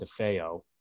DeFeo